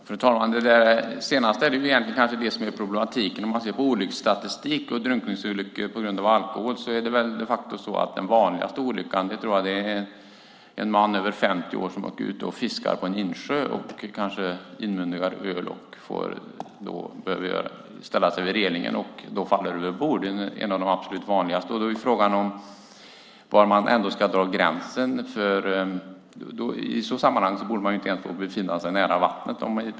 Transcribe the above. Fru talman! Det där senaste är kanske egentligen det som är problematiken. Om man ser på olycksstatistik och drunkningsolyckor på grund av alkohol är en av de absolut vanligaste olyckorna de facto en man över 50 år som åker ut och fiskar på en insjö, kanske inmundigar öl, behöver ställa sig vid relingen och då faller över bord. Frågan är var man ska dra gränsen. I sådana sammanhang, när man är i ett berusat tillstånd, borde man inte befinna sig nära vattnet.